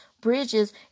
bridges